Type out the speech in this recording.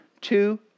two